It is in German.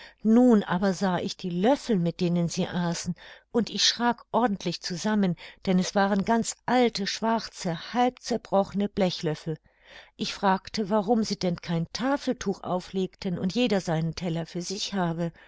nun aber sah ich die löffel mit denen sie aßen und ich schrak ordentlich zusammen denn es waren ganz alte schwarze halb zerbrochene blechlöffel ich fragte warum sie denn kein tafeltuch auflegten und jeder seinen teller für sich habe